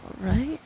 right